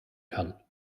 kann